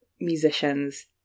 musicians